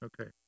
Okay